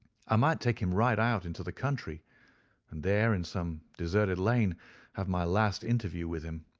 i might take him right out into the country, and there in some deserted lane have my last interview with him.